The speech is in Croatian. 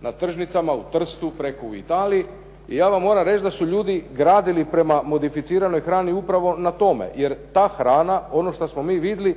na tržnicama u Trstu preko u Italiji, ja vam moram reći da su ljudi gradili prema modificiranoj hrani upravo na tome. Jer ta hrana ono što smo mi vidjeli